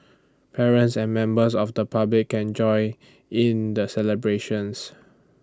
parents and members of the public can join in the celebrations